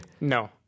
No